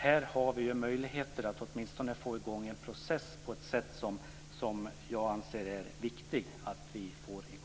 Här har vi ju möjligheter att åtminstone få i gång en process på ett sätt som jag anser är viktig.